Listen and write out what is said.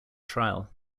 trial